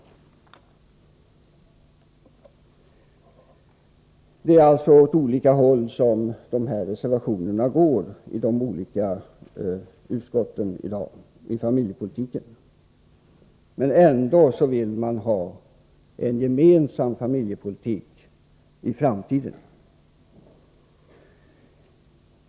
Reservationerna drar alltså åt olika håll i de olika utskotten beträffande familjepolitiken — men ändå vill de borgerliga ha en gemensam familjepolitik i framtiden.